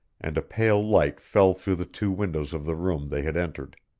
and a pale light fell through the two windows of the room they had entered.